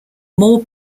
more